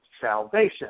salvation